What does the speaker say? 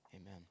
amen